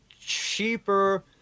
cheaper